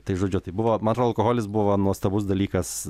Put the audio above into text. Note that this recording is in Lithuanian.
tai žodžiu tai buvo man atrodo alkoholis buvo nuostabus dalykas